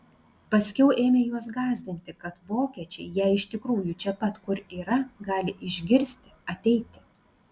paskiau ėmė juos gąsdinti kad vokiečiai jei iš tikrųjų čia pat kur yra gali išgirsti ateiti